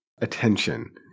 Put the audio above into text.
attention